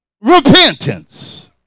repentance